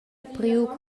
priu